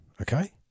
okay